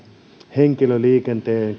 henkilöliikenteen